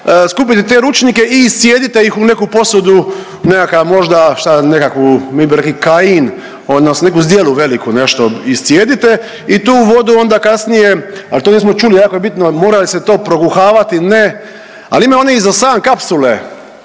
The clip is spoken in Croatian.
skupite te ručnike i iscijedite ih u neku posudu, u nekakav možda, šta ja, nekakvu mi bi rekli kain odnosno neku zdjelu veliku il nešto iscijedite i tu vodu onda kasnije, al to nismo čuli, jako je bitno, mora li se to prokuhavati ili ne, ali ima i oni i za san kapsule